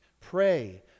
Pray